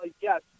yes